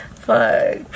Fuck